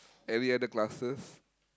any other classes